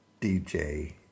DJ